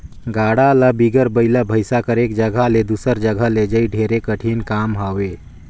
गाड़ा ल बिगर बइला भइसा कर एक जगहा ले दूसर जगहा लइजई ढेरे कठिन काम हवे